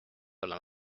olla